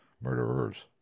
murderers